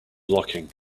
blocking